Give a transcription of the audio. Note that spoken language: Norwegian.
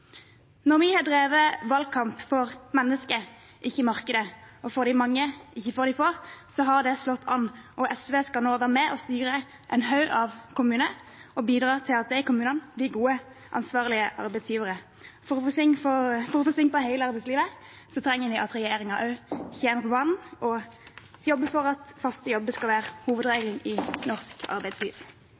Når vi har drevet valgkamp for mennesker, ikke markeder, og for de mange, ikke for de få, så har det slått an, og SV skal nå være med og styre en haug av kommuner og bidra til at de kommunene blir gode, ansvarlige arbeidsgivere. For å få sving på hele arbeidslivet trenger vi at regjeringen også kommer på banen og jobber for at faste jobber skal være hovedregelen i norsk arbeidsliv.